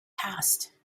past